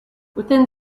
within